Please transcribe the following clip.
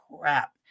crap